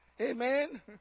Amen